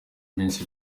byinshi